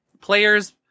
players